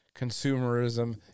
consumerism